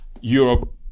Europe